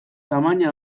tamaina